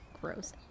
Gross